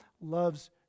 loves